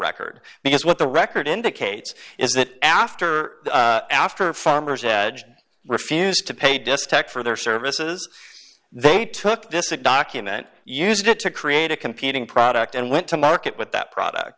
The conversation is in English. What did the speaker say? record because what the record indicates is that after after farmers edge refused to pay disk tech for their services they took this a document used it to made a competing product and went to market with that product